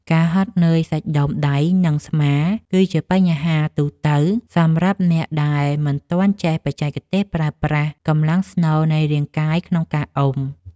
ការហត់នឿយសាច់ដុំដៃ និងស្មា គឺជាបញ្ហាទូទៅសម្រាប់អ្នកដែលមិនទាន់ចេះបច្ចេកទេសប្រើប្រាស់កម្លាំងស្នូលនៃរាងកាយក្នុងការអុំ។